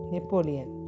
Napoleon